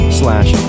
slash